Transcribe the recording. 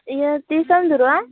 ᱤᱭᱟ ᱛᱤᱥᱚᱜ ᱮᱢ ᱫᱩᱲᱩᱵ ᱟ